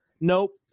Nope